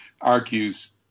argues